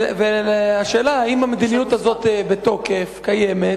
השאלה, האם המדיניות הזאת בתוקף, קיימת?